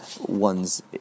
one's